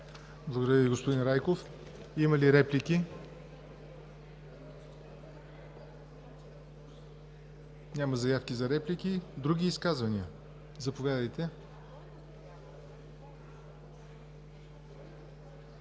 Благодаря Ви, господин Райков. Има ли реплики? Няма заявки за реплики. Други изказвания? Заповядайте,